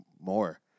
more